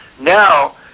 Now